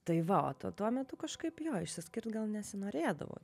tai va o tuo tuo metu kažkaip jo išsiskirt gal nesinorėdavo